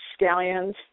scallions